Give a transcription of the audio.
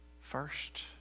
first